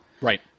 Right